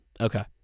Okay